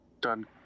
done